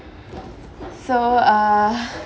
so uh